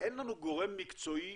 אין לנו גורם מקצועי